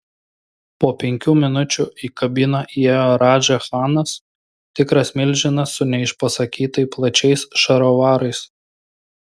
po penkių minučių į kabiną įėjo radža chanas tikras milžinas su neišpasakytai plačiais šarovarais